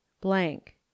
blank